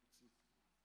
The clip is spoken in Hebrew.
בבקשה.